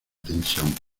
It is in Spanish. tensión